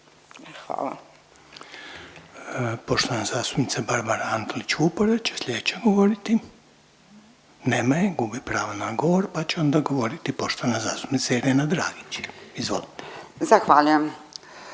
(HDZ)** Poštovana zastupnica Barbara Antolić Vupora će sljedeća govoriti. Nema je. Gubi pravo na govor, pa će onda govoriti poštovana zastupnica Irena Dragić, izvolite. **Dragić,